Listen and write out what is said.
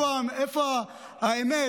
איפה האמת?